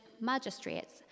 magistrates